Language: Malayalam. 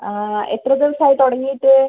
എത്ര ദിവസമായി തുടങ്ങിയിട്ട്